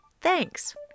Thanks